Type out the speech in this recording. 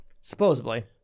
Supposedly